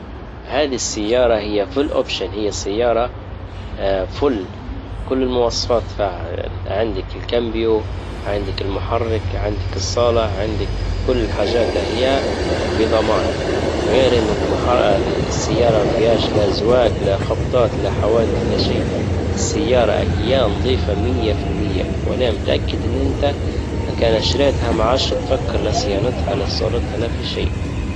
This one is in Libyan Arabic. هذه السيارة هي فل اوبشن هي السيارة فل كل المواصفات عندك، الكامبيو عندك المحرك عندك الصالة عندك كل الحاجات هي بضمان غير ان المحـ- السيارة ما فيهاش لا زواك لا خبطات لا حوادث لا شيء. السيارة هي نظيفة مئة في المئة. وانا متأكد ان انت شريتها ما عادش تفكر لا صيانتها لا صورتها لا في شيء.